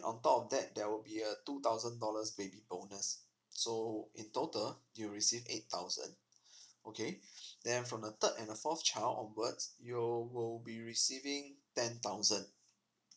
on top of that there will be a two thousand dollars baby bonus so in total you will receive eight thousand okay then from the third and a fourth child onwards you will be receiving ten thousand